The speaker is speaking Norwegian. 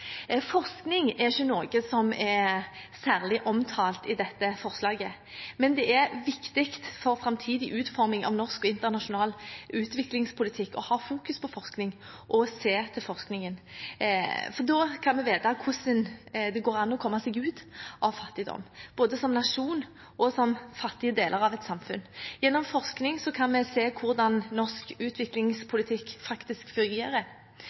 Forskning er ikke noe som er særlig omtalt i dette forslaget, men det er viktig for framtidig utforming av norsk og internasjonal utviklingspolitikk å fokusere på forskning og se til forskningen. Da kan man vite hvordan det går an å komme seg ut av fattigdom, både som nasjon og som fattige deler av et samfunn. Gjennom forskning kan vi se hvordan norsk utviklingspolitikk faktisk fungerer,